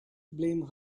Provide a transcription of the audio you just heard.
blame